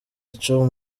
ico